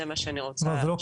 זה מה שאני רוצה שלא יקרה.